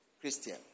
Christian